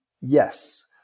yes